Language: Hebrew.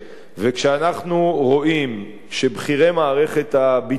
וכשאנחנו רואים שבכירי מערכת הביטחון,